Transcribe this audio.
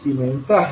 625Sआहे